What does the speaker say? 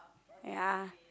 ya